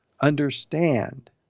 understand